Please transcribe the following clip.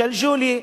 ג'לג'וליה,